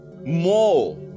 More